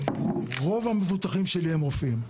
רוב המבוטחים שלי הם רופאים.